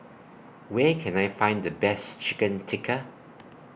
Where Can I Find The Best Chicken Tikka